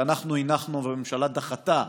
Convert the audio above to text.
שאנחנו הנחנו והממשלה דחתה,